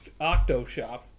Octoshop